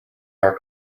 are